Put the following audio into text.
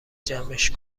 جمعش